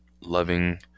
loving